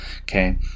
okay